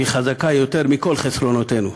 / היא חזקה יותר מכל חסרונותינו".